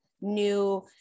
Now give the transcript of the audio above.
new